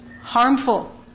harmful